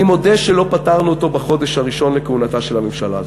אני מודה שלא פתרנו אותו בחודש הראשון לכהונתה של הממשלה הזאת.